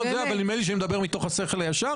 יש הנחיות יועץ משפטי,